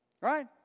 Right